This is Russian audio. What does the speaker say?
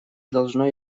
должно